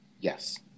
Yes